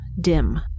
dim